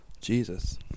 Jesus